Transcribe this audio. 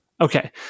Okay